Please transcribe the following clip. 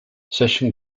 session